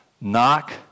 knock